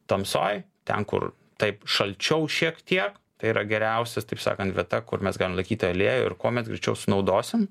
tamsoj ten kur taip šalčiau šiek tiek tai yra geriausias taip sakant vieta kur mes galim laikyti aliejų ir kuo mes greičiau sunaudosim